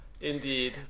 Indeed